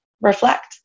reflect